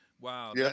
Wow